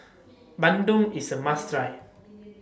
Bandung IS A must Try